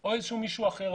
או מישהו אחר.